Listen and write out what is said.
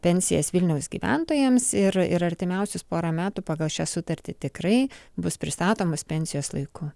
pensijas vilniaus gyventojams ir ir artimiausius porą metų pagal šią sutartį tikrai bus pristatomos pensijos laiku